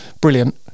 brilliant